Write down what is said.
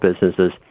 businesses